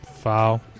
Foul